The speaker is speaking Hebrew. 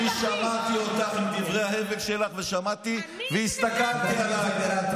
אני שמעתי אותך עם דברי ההבל שלך ושמעתי והסתכלתי אלייך,